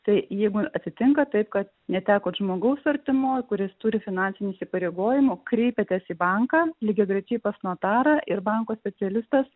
tai jeigu atsitinka taip kad netekote žmogaus artimo kuris turi finansinių įsipareigojimų kreipėtės į banką lygiagrečiai pas notarą ir banko specialistas